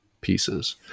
pieces